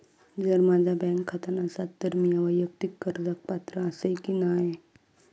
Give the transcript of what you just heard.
जर माझा बँक खाता नसात तर मीया वैयक्तिक कर्जाक पात्र आसय की नाय?